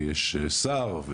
יש שר,